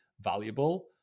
valuable